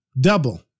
double